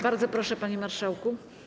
Bardzo proszę, panie marszałku.